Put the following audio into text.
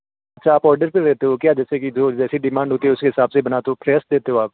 sir आप order पे देते हो क्या जैसे कि जो जैसी डिमांड होती है उसी हिसाब से बनाते हो फ़्रेश देते हो आप